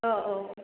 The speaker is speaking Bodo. औ औ